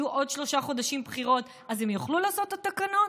אם יהיו עוד שלושה חודשים בחירות הם יוכלו לעשות את התקנות?